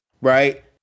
right